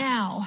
Now